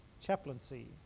Chaplaincy